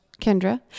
Kendra